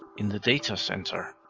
in the data centre.